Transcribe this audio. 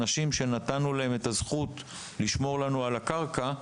אנשים שנתנו להם את הזכות לשמור על הקרקע,